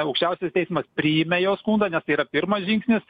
aukščiausias teismas priėmė jo skundą nes tai yra pirmas žingsnis